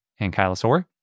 ankylosaur